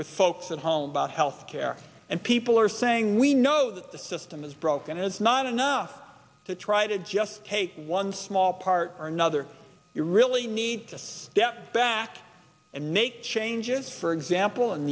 with folks at home about health care and people are saying we know that the system is broken it's not enough to try to just take one small part or another you really need to step back and make changes for example in